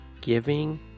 giving